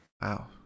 wow